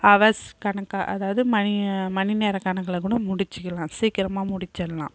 hours கணக்கு அதாவது மணி மணி நேர கணக்கில் கூட முடிச்சிக்கலாம் சீக்கரமாக முடிச்சுடலாம்